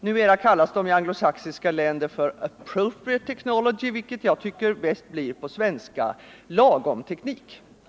Numera kallas det i anglosaxiska länder för ”appropriate technology”, vilket på svenska bäst blir ”lagom-teknik”.